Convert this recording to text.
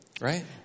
right